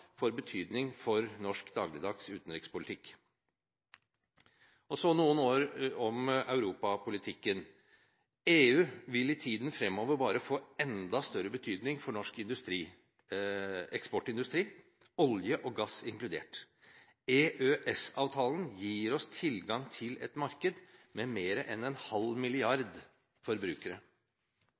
får betydning for norsk dagligdags utenrikspolitikk. Så noen ord om europapolitikken. EU vil i tiden fremover bare få enda større betydning for norsk eksportindustri, olje og gass inkludert. EØS-avtalen gir oss tilgang til et marked med mer enn en halv milliard forbrukere.